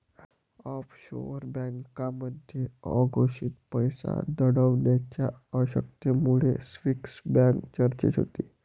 offshore बँकांमध्ये अघोषित पैसा दडवण्याच्या शक्यतेमुळे स्विस बँक चर्चेत होती